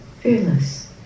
fearless